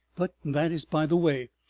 but that is by the way.